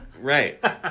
Right